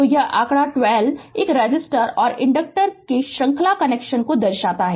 तो यह आंकड़ा 12 एक रेसिस्टर और इंडक्टर के श्रृंखला कनेक्शन को दर्शाता है